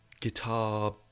guitar